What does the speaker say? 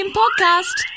podcast